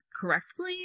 correctly